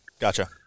Gotcha